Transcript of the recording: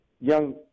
young